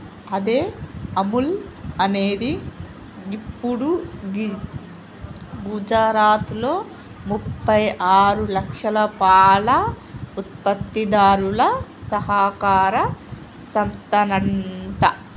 అదే అముల్ అనేది గిప్పుడు గుజరాత్లో ముప్పై ఆరు లక్షల పాల ఉత్పత్తిదారుల సహకార సంస్థనంట